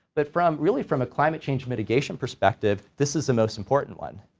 but from, really from a climate change mitigation perspective this is the most important one,